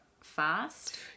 fast